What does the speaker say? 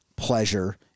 pleasure